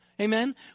Amen